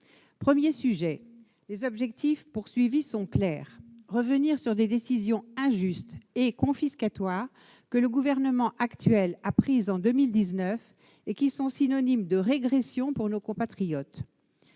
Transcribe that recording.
premier sujet, nos objectifs sont clairs. Il s'agit de revenir sur des décisions injustes et confiscatoires que le Gouvernement a prises en 2019 et qui sont synonymes de régression pour nos compatriotes